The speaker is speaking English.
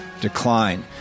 decline